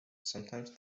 sometimes